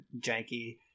janky